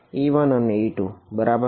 e1 અને e2 બરાબર